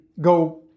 go